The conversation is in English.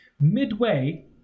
midway